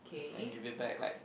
and give it back like